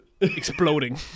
exploding